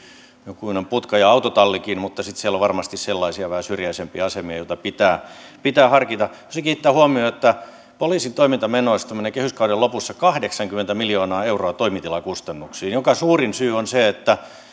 jokunen putka ja autotallikin mutta sitten siellä on varmasti sellaisia vähän syrjäisempiä asemia joita pitää pitää harkita haluaisin kiinnittää huomiota siihen että poliisin toimintamenoista menee kehyskauden lopussa kahdeksankymmentä miljoonaa euroa toimitilakustannuksiin minkä suurin syy on se että